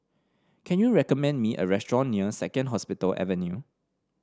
can you recommend me a restaurant near Second Hospital Avenue